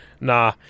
nah